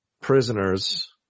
Prisoners